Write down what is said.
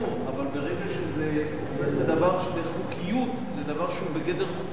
אבל ברגע שזה דבר שהוא בגדר חוקי,